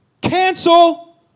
cancel